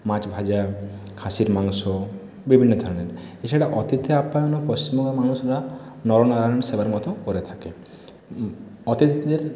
মাছ ভাজা খাসির মাংস বিভিন্ন ধরনের এছাড়া অতিথি আপ্যায়নে পশ্চিমবঙ্গের মানুষেরা নর নারায়ন সেবার মতো করে থাকে অতিথিদের